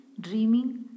dreaming